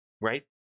right